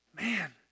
man